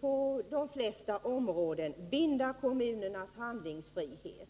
på de flesta områden binda kommunernas handlingsfrihet.